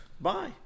Bye